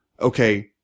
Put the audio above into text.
okay